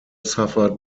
suffered